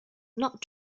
not